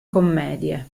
commedie